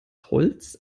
holz